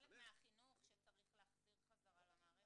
זה חלק מהחינוך שצריך להחזיר חזרה למערכת.